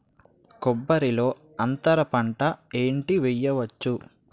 కొబ్బరి లో అంతరపంట ఏంటి వెయ్యొచ్చు?